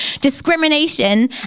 discrimination